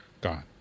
gone